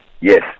yes